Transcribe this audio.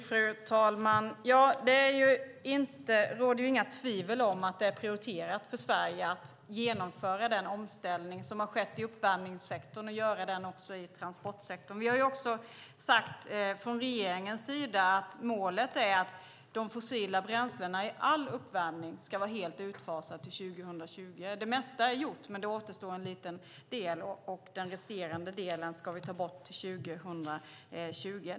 Fru talman! Det råder inga tvivel om att det är prioriterat för Sverige att genomföra den omställning som har skett i uppvärmningssektorn också i transportsektorn. Från regeringens sida har vi också sagt att målet är att de fossila bränslena i all uppvärmning ska vara helt utfasade till 2020. Det mesta är gjort, men det återstår en liten del. Den resterande delen ska vi ta bort till 2020.